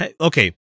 okay